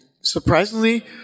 surprisingly